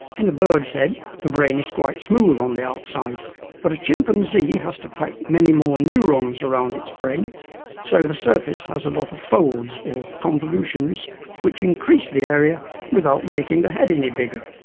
in a bird's head the brain is quite smooth on the outside but a chimpanzee has to pack many more neurones around its brain so the surface has a lot of folds or convolutions which increase the area without making the head any bigger.